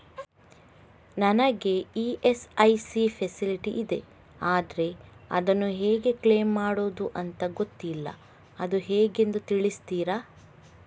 ನನಗೆ ESIC facility ಇದೆ ಆದ್ರೆ ಅದನ್ನು ಹೇಗೆ ಕ್ಲೇಮ್ ಮಾಡೋದು ಅಂತ ಗೊತ್ತಿಲ್ಲ ಅದು ಹೇಗೆಂದು ತಿಳಿಸ್ತೀರಾ?